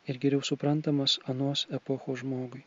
ir geriau suprantamas anos epochos žmogui